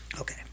Okay